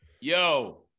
Yo